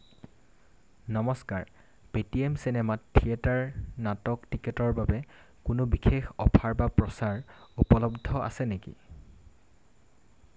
নমস্কাৰ পেটিএম চিনেমাত থিয়েটাৰ নাটক টিকেটৰ বাবে কোনো বিশেষ অফাৰ বা প্ৰচাৰ উপলব্ধ আছে নেকি